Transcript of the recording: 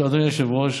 אדוני היושב-ראש,